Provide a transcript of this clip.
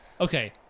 okay